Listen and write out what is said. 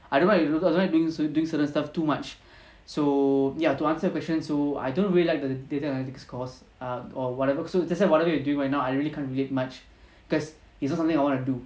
I don't like you know because I don't like doing doing certain stuff too much so ya to answer your questions so I don't really like the data analytics course err or whatever so you just whatever you're doing right now I really can't relate much cause it's not something I want to do